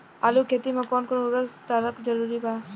आलू के खेती मे कौन कौन उर्वरक डालल जरूरी बा?